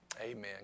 Amen